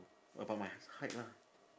about my height lah